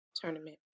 tournament